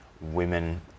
women